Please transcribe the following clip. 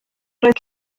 roedd